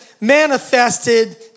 Manifested